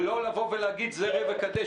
ולא לבוא ולהגיד: ראה וקדש,